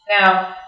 Now